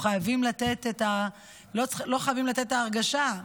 אנחנו חייבים לתת, לא חייבים לתת את ההרגשה,